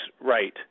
right